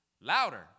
louder